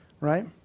right